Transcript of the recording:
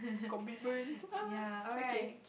commitment okay